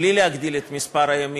בלי להגדיל את מספר הימים,